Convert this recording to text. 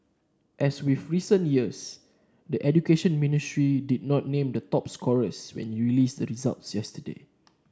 as with recent years the Education Ministry did not name the top scorers when it released the results yesterday